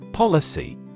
Policy